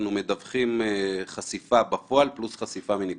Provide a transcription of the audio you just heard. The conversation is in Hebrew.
אנחנו מדווחים חשיפה בפועל, פלוס חשיפה מנגזרים.